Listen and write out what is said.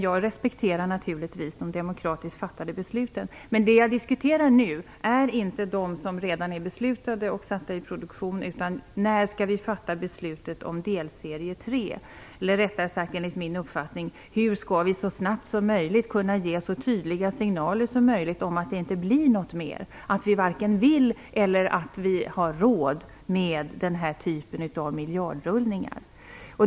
Jag respekterar naturligtvis de demokratiskt fattade besluten, men det som jag nu diskuterar är inte de plan som redan är beslutade och under produktion, utan när vi skall fatta beslutet om delserie 3. Eller enligt min uppfattning rättare sagt: Hur skall vi så snabbt som möjligt kunna ge så tydliga signaler som möjligt om att det inte blir något mer, att vi varken vill eller har råd med denna typ av miljardrullning?